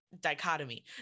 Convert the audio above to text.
dichotomy